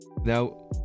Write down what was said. now